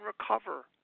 recover